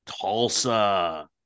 Tulsa